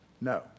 no